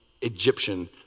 Egyptian